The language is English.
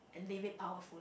live it powerful